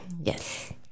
Yes